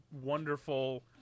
wonderful